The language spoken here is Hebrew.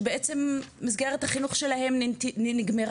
שבעצם מסגרת החינוך שלהם נגמרה,